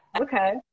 okay